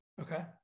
Okay